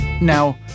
Now